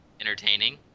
entertaining